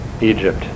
Egypt